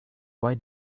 why